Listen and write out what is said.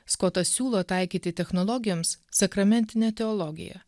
skotas siūlo taikyti technologijoms sakramentinę teologiją